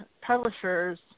publishers